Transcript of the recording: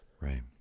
Right